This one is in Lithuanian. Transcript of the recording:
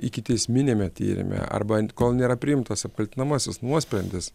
ikiteisminiame tyrime arba ant kol nėra priimtas apkaltinamasis nuosprendis